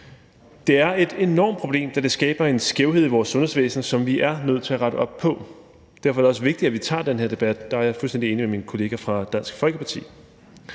Det er et enormt problem, da det skaber en skævhed i vores sundhedsvæsen, som vi er nødt til at rette op på. Derfor er det også vigtigt, at vi tager den her debat. Der er jeg fuldstændig enig med min kollega fra Dansk Folkeparti.